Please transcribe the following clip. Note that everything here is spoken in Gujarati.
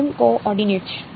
પ્રાઈમડ કો ઓર્ડિનેટસ